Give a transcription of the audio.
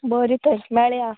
बरें तर मेळयां